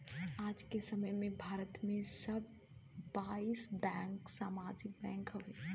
आज के समय में भारत में सब बाईस बैंक सार्वजनिक बैंक हउवे